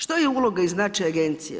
Što je uloga i značaj agencije?